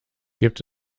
gibt